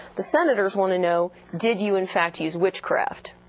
the senators want to know, did you, in fact, use witchcraft?